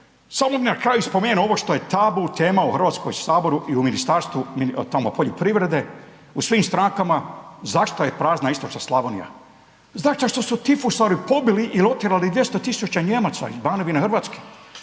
samo bih na kraju spomenuo ovo što je tabu tema u Hrvatskom saboru i u Ministarstvu tamo poljoprivredne, u svim strankama, zašto je prazna istočna Slavonija, zato što su tifusari pobili il otjerali 200.000 Nijemaca iz Banovine Hrvatske.